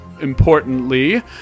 importantly